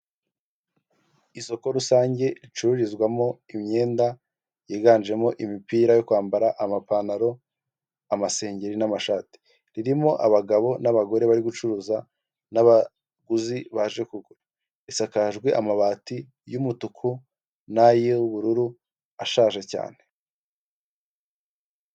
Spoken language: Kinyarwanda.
Isoko rusange ricurururizwamo imyenda yiganjemo imipira yo kwambara amapantaro, amasengeri n'amashati ririmo abagabo n'abagore bari gucuruza n'abaguzi baje kugwa isakajwe amabati y'umutuku nay'ubururu ashaje cyane.